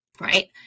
right